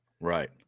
Right